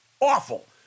awful